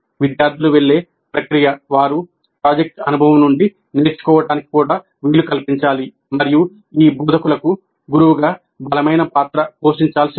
విద్యార్థులు వెళ్ళే ప్రక్రియ వారు ప్రాజెక్ట్ అనుభవం నుండి నేర్చుకోవడానికి కూడా వీలు కల్పించాలి మరియు ఈ బోధకులకు గురువుగా బలమైన పాత్ర పోషించాల్సి ఉంటుంది